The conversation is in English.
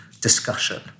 discussion